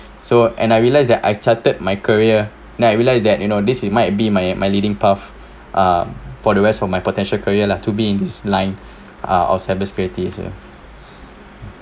so and I realised that I chartered my career then I realised that you know this might my my leading path um for the rest of my potential career lah to me in this line ah on cyber security